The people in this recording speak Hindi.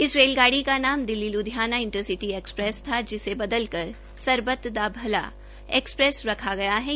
इस रेलगाड़ी का नाम दिल्ली ल्धियाना इंटरसिवे एकस्प्रेस था जिसे बदलकर सरबत दा भला एक्सप्रेस रखा गा हक्